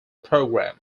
program